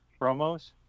promos